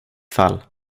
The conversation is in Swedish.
fall